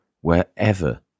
wherever